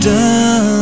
Done